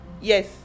yes